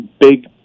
big